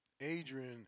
adrian